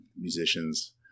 musicians